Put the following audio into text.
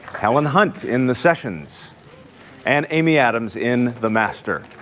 helen hunt in the sessions and amy adams in the master.